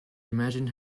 imagined